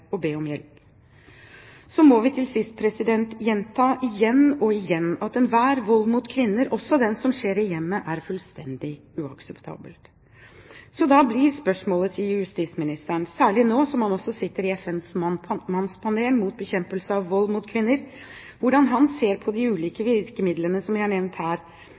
be om hjelp. Så må vi til sist gjenta igjen og igjen at enhver vold mot kvinner, også den som skjer i hjemmet, er fullstendig uakseptabel. Da blir spørsmålet til justisministeren, særlig nå som han også sitter i FNs mannspanel mot bekjempelse av vold mot kvinner, hvordan han ser på de ulike virkemidlene som jeg har nevnt her,